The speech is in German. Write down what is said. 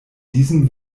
diesem